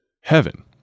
Heaven